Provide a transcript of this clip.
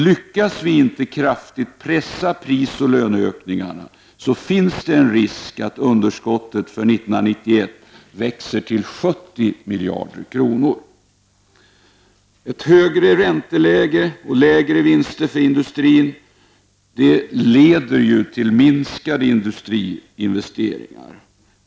Lyckas vi inte kraftigt pressa ner prisoch löneökningarna, finns en risk att underskottet 1991 växer till 70 miljarder kronor. Ett högre ränteläge och lägre vinster för industrin leder till minskade industriinvesteringar.